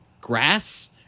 Grass